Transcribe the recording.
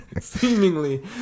seemingly